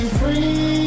free